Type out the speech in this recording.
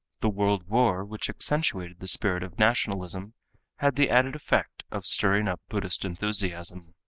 the world war which accentuated the spirit of nationalism had the added effect of stirring up buddhist enthusiasm.